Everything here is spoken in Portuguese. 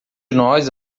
nós